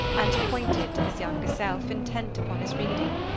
and pointed to his younger self, intent upon his reading.